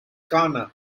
kana